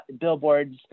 billboards